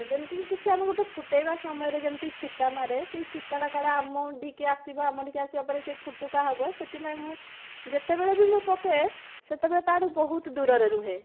ଯେମିତିକି ଆମେ କିଛି ଫୁଟେଇବା ସମୟରେ ଯେମିତି ଛିଟା ମାରେ ସେଇ ଛିଟାଟା କାଳେ ଆମ ଆଡ଼ିକି ଆସିବ ଆମ ଆଡ଼ିକି ଆସିବା ପରେ ଫଟକା ହେବ ସେଥିପାଇଁ ମୁଁ ଯେତେବେଳେ ବି ପକାଏ ସେତେବେଳେ ମୁଁ ତା'ଠାରୁ ବହୁତ ଦୂରରେ ରୁହେ